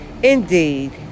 Indeed